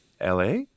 LA